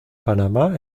panamá